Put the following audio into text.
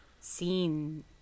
seen